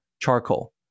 charcoal